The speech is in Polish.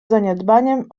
zaniedbaniem